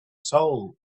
soul